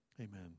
Amen